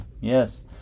yes